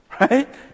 Right